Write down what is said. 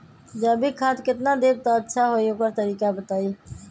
जैविक खाद केतना देब त अच्छा होइ ओकर तरीका बताई?